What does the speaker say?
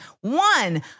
One